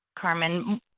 Carmen